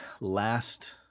last